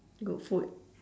good food